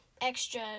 extra